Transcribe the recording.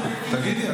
תגיד לי,